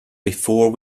before